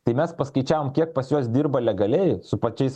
tai mes paskaičiavom kiek pas juos dirba legaliai su pačiais